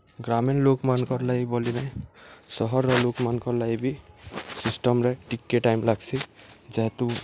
ଗ୍ରାମୀଣ ଲୋକ୍ମାନ୍କର୍ ଲାଗି ବୋଲି ନେ ସହର୍ର ଲୋକ୍ମାନ୍କର୍ ଲାଗି ବି ସିଷ୍ଟମ୍ରେ ଟିକେ ଟାଇମ୍ ଲାଗ୍ସି ଯେହେତୁ